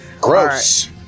Gross